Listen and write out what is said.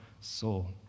soul